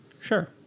Sure